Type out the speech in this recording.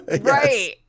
Right